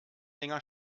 länger